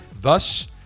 Thus